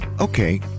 Okay